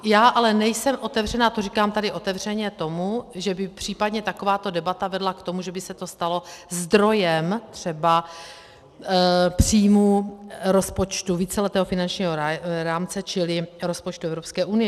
Já ale nejsem otevřená, a to říkám tady otevřeně, tomu, že by případně takováto debata vedla k tomu, že by se to stalo zdrojem třeba příjmů rozpočtu víceletého finančního rámce, čili rozpočtu Evropské unie.